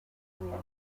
rain